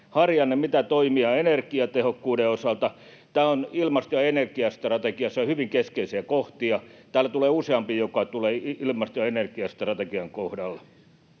Harjanne kysyi, mitä toimia energiatehokkuuden osalta. Tämä on ilmasto- ja ener-giastrategiassa hyvin keskeisiä kohtia. Täällä tulee useampi asia, joka tulee esiin ilmasto- ja energiastrategian kohdalla.